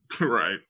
right